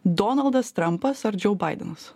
donaldas trampas ar džou baidenas